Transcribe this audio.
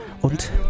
Und